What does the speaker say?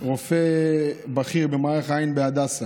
רופא בכיר במערך העין בהדסה